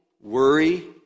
worry